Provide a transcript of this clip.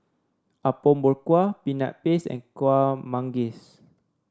Apom Berkuah Peanut Paste and Kueh Manggis